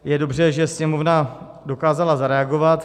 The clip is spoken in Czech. Je dobře, že Sněmovna dokázala zareagovat.